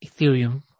Ethereum